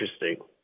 interesting